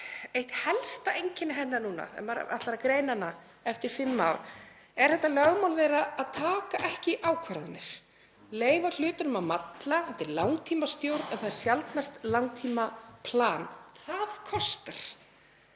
ríkisstjórnarinnar núna, ef maður ætlar að greina hana eftir fimm ár, er þetta lögmál hennar að taka ekki ákvarðanir, leyfa hlutunum að malla. Þetta er langtímastjórn en það er sjaldnast langtímaplan. Það kostar.